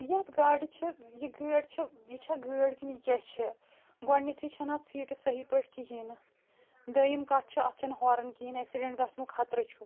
یَتھ گاڑِ چھِ یہِ گٲڑۍ چھےٚ یہِ چھا گٲڑۍ کِنہٕ کیٛاہ چھِ گۄڈنٮ۪تھٕے چھَنہٕ اَتھ سیٖٹہٕ صحیح پٲٹھۍ کِہیٖنۍ نہٕ دٔیِم کَتھ چھِ اَتھ چھَنہٕ ہارَن کِہیٖنۍ ایٚکسِڈٮ۪نٛٹ گژھنُک خطرٕ چھُ